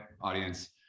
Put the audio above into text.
audience